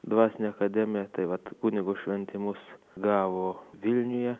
dvasinę akademiją tai vat kunigo šventimus gavo vilniuje